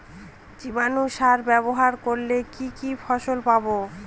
জীবাণু সার ব্যাবহার করলে কি কি ফল পাবো?